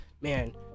man